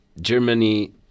Germany